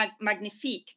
magnifique